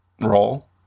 role